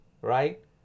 right